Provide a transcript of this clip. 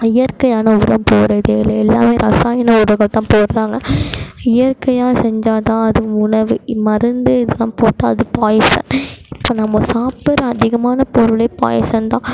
இயற்கையான உரம் போடுறதே இல்லை எல்லாம் இரசாயன உரங்கள் தான் போடுறாங்க இயற்கையாக செஞ்சால்தான் அது உணவு மருந்து இதலாம் போட்டால் அது பாய்சன் இப்போ நம்ம சாப்பிட்ற அதிகமான பொருள் பாய்சன் தான்